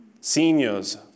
Seniors